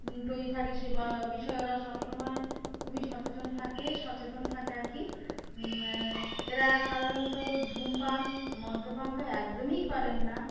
তৈরি থাকে সে বিষয়ে ওরা সব সময় খুবই সচেতন থাকে সচেতন থাকে আর কি এরা সাধারণত ধূমপান মদ্যপান তো একদমই করেন না